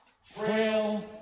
frail